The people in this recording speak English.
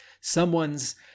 someone's